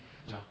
ya